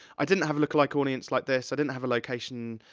i didn't have a lookalike audience like this, i didn't have a location,